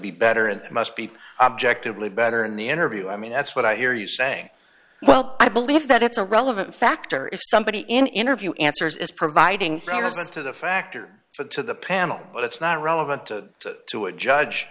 be better and must be objectively better in the interview i mean that's what i hear you say well i believe that it's a relevant factor if somebody in interview answers is providing evidence to the factor but to the panel but it's not relevant to to a judge